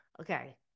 Okay